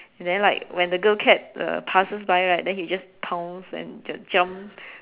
then like when they girl cat uh passes by right then he just pounce and j~ jump